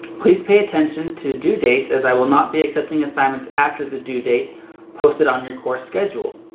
please pay attention to due dates as i will not be accepting assignments after the due date posted on your course schedule.